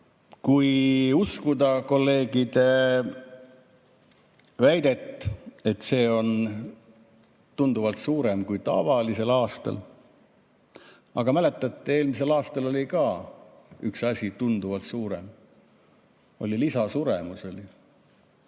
Kui uskuda kolleegide väidet, [siis] see [lahkumine] on tunduvalt suurem kui tavalisel aastal. Aga mäletate, eelmisel aastal oli ka üks asi tunduvalt suurem: lisasuremus oli.